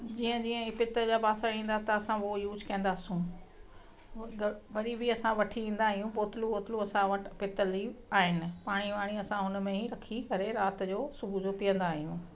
जीअं जीअं पितल जा बासण ईंदा त असांओ यूज कंदासूं वरी बि असां वठी ईंदा आहियूं बोतलूं वोतलूं असां वटि पितल जी आहिनि पाणी वाणी असां हुन में ई रखी करे राति जो सुबुह जो पीअंदा आहियूं